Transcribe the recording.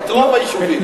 את רוב היישובים.